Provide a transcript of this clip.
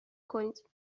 کنید